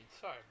Sorry